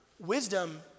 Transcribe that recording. Wisdom